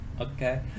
Okay